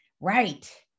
right